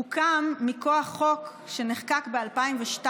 הוקם מכוח חוק שנחקק ב- 2002,